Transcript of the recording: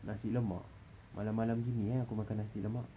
nasi lemak malam-malam gini eh aku makan nasi lemak